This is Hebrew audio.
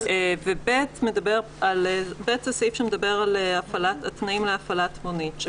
וסעיף קטן (ב) מדבר על התנאים להפעלת מונית.